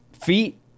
Feet